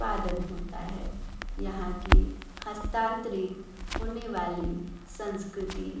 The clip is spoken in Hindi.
उत्पादन होता है यहाँ की हस्तांतरित होने वाली संस्कृति